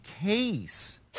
case